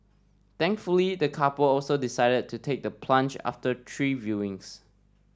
thankfully the couple also decided to take the plunge after three viewings